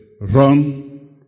Run